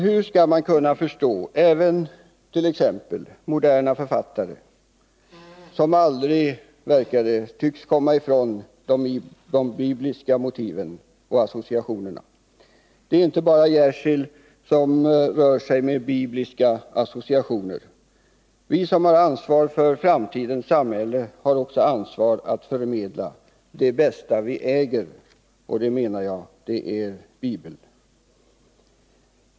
Hur skall man annars kunna förstå även moderna författare, som aldrig verkar komma ifrån de bibliska motiven och associationerna? Det är inte bara Jersild som rör sig med bibliska associationer. Vi som har ansvar för framtidens samhälle har också ett ansvar att förmedla det bästa vi äger — och det menar jag är Bibeln.